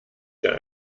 dir